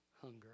hunger